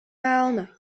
velna